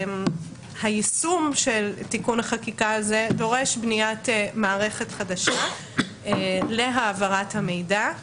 שהיישום של תיקון החקיקה הזה דורש בניית מערכת חדשה להעברת המידע.